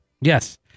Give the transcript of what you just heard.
yes